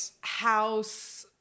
house